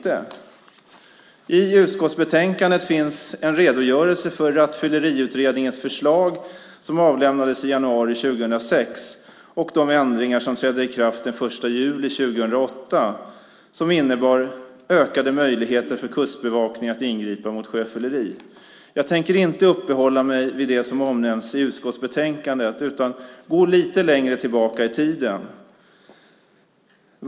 I utskottsbetänkandet finns en redogörelse för Rattfylleriutredningens förslag som avlämnades i januari 2006 och de ändringar som trädde i kraft den 1 juli 2008 som innebar ökade möjligheter för Kustbevakningen att ingripa mot sjöfylleri. Jag tänker inte uppehålla mig vid det som omnämns i utskottsbetänkandet utan gå lite längre tillbaka i tiden.